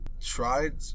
tried